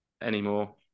anymore